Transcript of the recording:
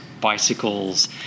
bicycles